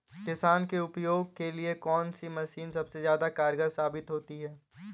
किसान के उपयोग के लिए कौन सी मशीन सबसे ज्यादा कारगर साबित होती है?